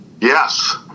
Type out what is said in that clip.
Yes